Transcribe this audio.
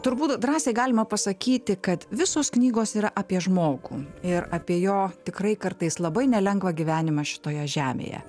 turbūt drąsiai galima pasakyti kad visos knygos yra apie žmogų ir apie jo tikrai kartais labai nelengvą gyvenimą šitoje žemėje